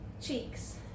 Cheeks